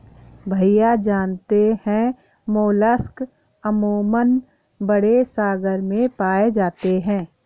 भैया जानते हैं मोलस्क अमूमन बड़े सागर में पाए जाते हैं